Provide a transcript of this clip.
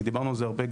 כי דיברנו על זה הרבה,